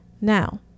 Now